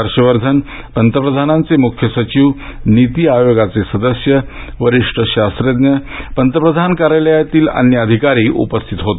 हर्षवर्धन पंतप्रधानांचे मुख्य सचिव नीती आयोगाचे सदस्य वरिष्ठ शास्रज्ञ पंतप्रधान कार्यालयातील अधिकारी आदी उपस्थित होते